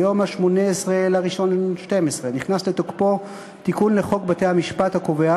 ביום 18 בינואר 2012 נכנס לתוקפו תיקון לחוק בתי-המשפט הקובע